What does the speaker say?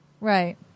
Right